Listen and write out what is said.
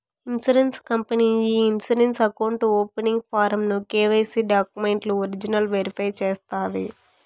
insurance company ఈ insurance account opening form ను KYC డాక్యుమెంట్లు ఒరిజినల్ వెరిఫై చేస్తాది